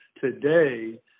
today